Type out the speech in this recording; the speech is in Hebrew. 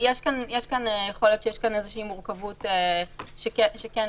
יכול להיות שיש כאן איזושהי מורכבות שכן